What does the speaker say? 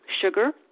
sugar